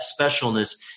specialness